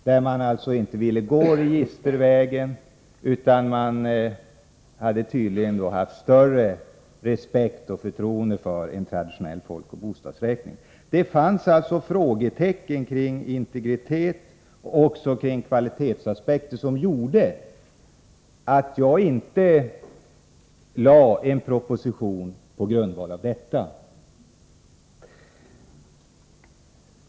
Man ville alltså inte gå registervägen, utan man hade tydligen större respekt och förtroende för en traditionell folkoch bostadsräkning. Det fanns alltså frågetecken kring integriteten och också kring kvalitetsaspekten, vilket gjorde att jag inte lade fram en proposition på den grundvalen.